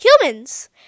humans